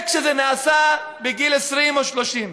כשזה נעשה בגיל 20 או 30,